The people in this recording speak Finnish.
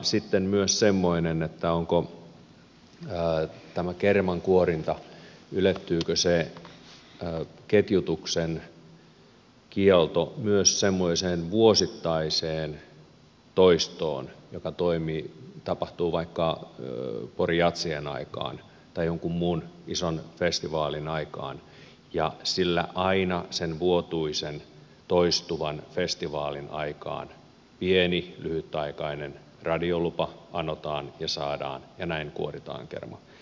sitten on myös semmoinen asia tähän kerman kuorintaan liittyen että ylettyykö se ketjutuksen kielto myös semmoiseen vuosittaiseen toistoon joka tapahtuu vaikka pori jazzien aikaan tai jonkun muun ison festivaalin aikaan sillä aina sen vuotuisen toistuvan festivaalin aikaan pieni lyhytaikainen radiolupa anotaan ja saadaan ja näin kuoritaan kerma